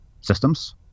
systems